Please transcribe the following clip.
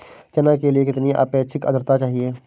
चना के लिए कितनी आपेक्षिक आद्रता चाहिए?